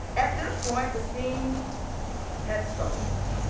at this point the scheme had stalled.